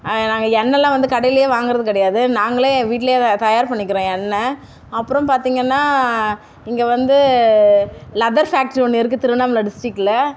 நாங்கள் எண்ணெய்லாம் வந்து கடையிலேயே வாங்குகிறது கிடையாது நாங்களே வீட்டிலே தா தயார் பண்ணிக்கிறோம் எண்ணெய் அப்புறம் பார்த்திங்கன்னா இங்கே வந்து லெதர் ஃபேக்ட்ரி ஒன்று இருக்குது திருவண்ணாமலை டிஸ்டிக்கில்